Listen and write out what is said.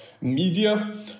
media